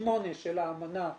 8 של האמנה FCTC,